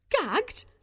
Gagged